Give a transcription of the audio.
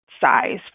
size